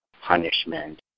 punishment